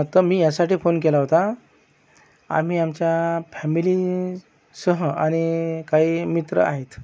तर मी ह्यासाठी फोन केला होता आम्ही आमच्या फॅमिलीसह आणि काही मित्र आहेत